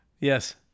Yes